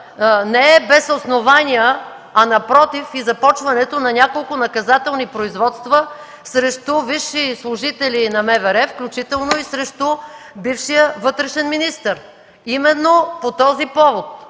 не е без основания, а напротив, и започването на няколко наказателни производства срещу висши служители на МВР, включително и срещу бившия вътрешен министър именно по този повод